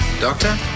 Doctor